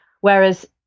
Whereas